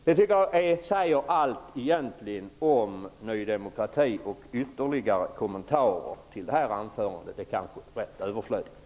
Jag tycker att det egentligen säger allt om Ny demokrati, och ytterligare kommentarer till det här anförandet är ganska överflödiga.